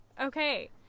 Okay